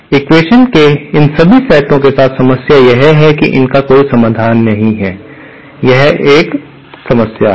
equation के इन सभी सेटों के साथ समस्या यह है कि इसका कोई समाधान नहीं है यह एक समस्या है